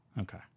Okay